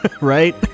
Right